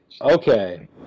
Okay